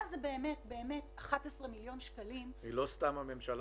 מה זה 11 מיליון שקלים --- לא סתם הממשלה